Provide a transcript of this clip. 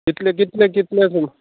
कितले कितले कितले सु